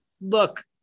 look